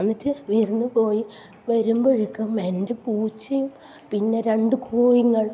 എന്നിട്ട് വിരുന്നുപോയി വരുമ്പോഴേക്കും എൻ്റെ പൂച്ചയും പിന്നെ രണ്ട് കോഴികളും